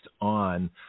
on